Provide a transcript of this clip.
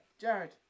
Jared